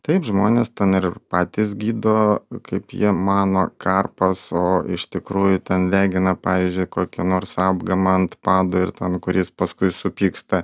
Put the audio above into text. taip žmonės ten ir patys gydo kaip jie mano karpas o iš tikrųjų ten degina pavyzdžiui kokį nors apgamą ant pado ir ten kuris paskui supyksta